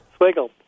Swiggle